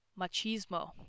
machismo